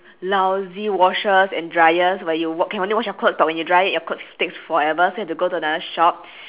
lousy washers and dryers but you wa~ can only wash your clothes but when you dry it your clothes takes forever so you have to go to another shop